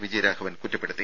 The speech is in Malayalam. വിജയരാഘവൻ കുറ്റപ്പെടുത്തി